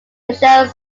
michele